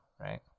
right